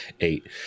eight